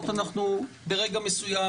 שבעצם,